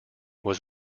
was